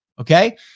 Okay